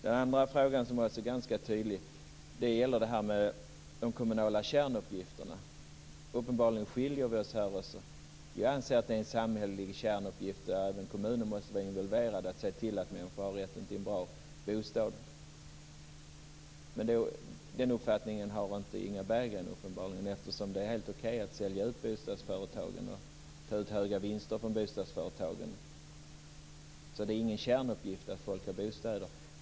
De andra frågan, som också är ganska tydlig, gäller det här med de kommunala kärnuppgifterna. Uppenbarligen skiljer vi oss åt här också. Jag anser att det är en samhällelig kärnuppgift som även kommunen måste vara involverad i att se till att människor har rätten till en bra bostad. Den uppfattningen har uppenbarligen inte Inga Berggren eftersom det är helt okej att sälja ut bostadsföretagen och ta ut höga vinster från dem. Det är alltså ingen kärnuppgift att folk har bostäder.